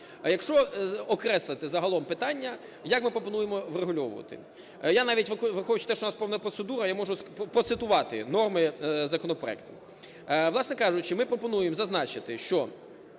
якщо окреслити загалом питання, як ми пропонуємо врегульовувати? Я навіть, виходячи з того, що в нас повна процедура, я можу процитувати норми законопроекту. Власне кажучи, ми пропонуємо зазначити, що